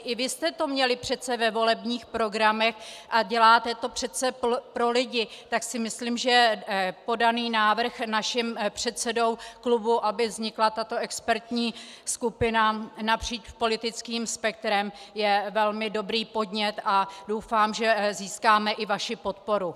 I vy jste to měli přece ve volebních programech a děláte to přece pro lidi, tak si myslím, že podaný návrh naším předsedou klubu, aby vznikla tato expertní skupina napříč politickým spektrem, je velmi dobrý podnět, a doufám, že získáme i vaši podporu.